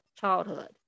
childhood